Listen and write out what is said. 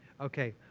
Okay